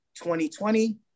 2020